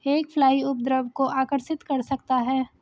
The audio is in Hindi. एक फ्लाई उपद्रव को आकर्षित कर सकता है?